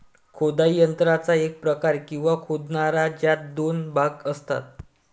खोदाई यंत्राचा एक प्रकार, किंवा खोदणारा, ज्यात दोन भाग असतात